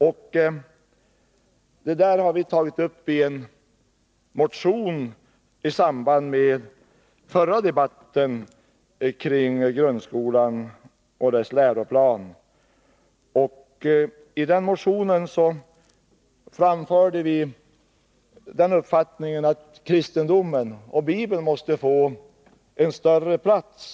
Det där har vi tagit upp i en motion i samband med den förra debatten kring grundskolan och dess läroplan. I den motionen framförde vi den uppfattningen att kristendomen och Bibeln måste få en större plats.